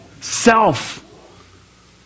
Self